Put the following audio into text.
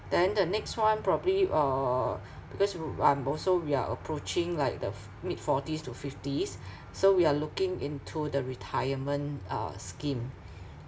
then the next one probably uh because I'm also we are approaching like the f~ mid forties to fifties so we are looking into the retirement uh scheme